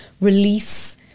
release